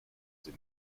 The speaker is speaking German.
sie